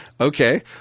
Okay